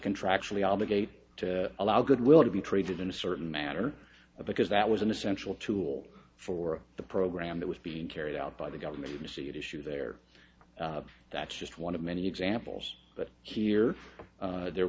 contractually obligated to allow goodwill to be traded in a certain matter because that was an essential tool for the program that was being carried out by the government agency at issue there that's just one of many examples but here there